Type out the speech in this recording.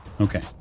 Okay